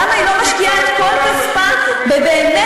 למה היא לא משקיעה את כל כספה באמת